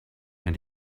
and